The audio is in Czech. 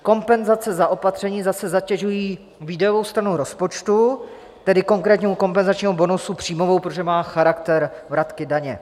Kompenzace za opatření zase zatěžují výdajovou stranu rozpočtu, tedy konkrétně u kompenzačního bonusu příjmovou, protože má charakter vratky daně.